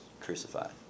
crucified